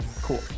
Cool